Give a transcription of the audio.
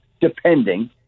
depending